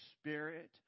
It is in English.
Spirit